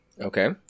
Okay